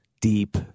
Deep